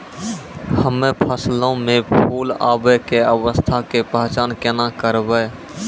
हम्मे फसलो मे फूल आबै के अवस्था के पहचान केना करबै?